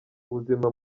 ubuzima